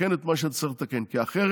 ולתקן את מה שצריך לתקן, כי אחרת